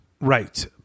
Right